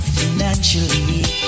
financially